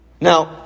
Now